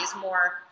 more